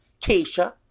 Keisha